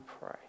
pray